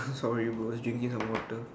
sorry bro I was drinking some water